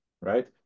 right